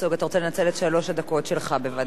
אתה רוצה לנצל את שלוש הדקות שלך בוודאי.